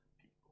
people